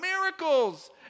miracles